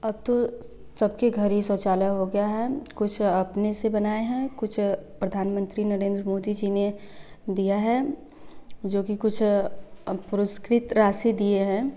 अब तो सब के घर ही शौचालय हो गया है कुछ अपने से बनाए हैं कुछ प्रधानमंत्री नरेंद्र मोदी जी ने दिया है जो कि कुछ पुरस्कृत राशि दिए हैं